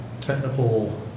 technical